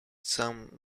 some